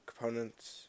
components